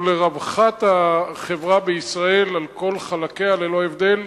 הוא לרווחת החברה בישראל על כל חלקיה, ללא הבדל,